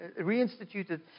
reinstituted